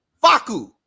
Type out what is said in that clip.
Faku